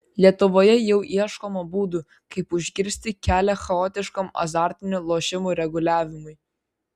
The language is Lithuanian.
lietuvoje jau ieškoma būdų kaip užkirsti kelią chaotiškam azartinių lošimų reguliavimui